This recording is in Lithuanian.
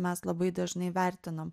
mes labai dažnai vertinam